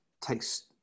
takes